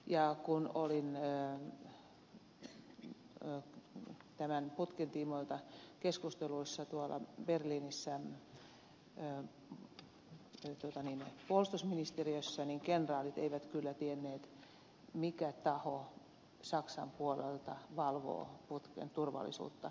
ja kun olin tämän putken tiimoilta keskusteluissa berliinissä puolustusministeriössä niin kenraalit eivät kyllä tienneet mikä taho saksan puolelta valvoo putken turvallisuutta